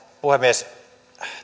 puhemies